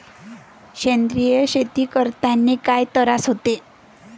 सेंद्रिय शेती करतांनी काय तरास होते?